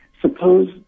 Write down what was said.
Suppose